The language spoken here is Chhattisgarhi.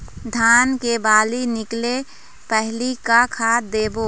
धान के बाली निकले पहली का खाद देबो?